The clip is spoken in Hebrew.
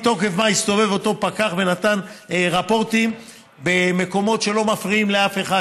מתוקף מה הסתובב אותו פקח ונתן רפורטים במקומות שלא מפריעים לאף אחד?